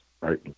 right